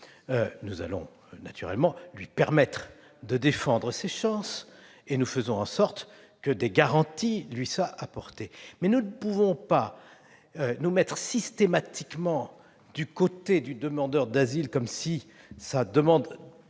Nous allons naturellement lui permettre de défendre ses chances, et nous faisons en sorte que des garanties lui soient apportées. Mais nous ne pouvons pas nous mettre systématiquement du côté du demandeur d'asile, comme si sa demande